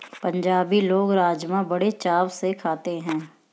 पंजाबी लोग राज़मा बड़े चाव से खाते हैं